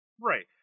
Right